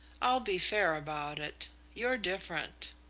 i'll be fair about it you're different.